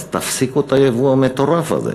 אז תפסיקו את הייבוא המטורף הזה,